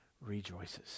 rejoices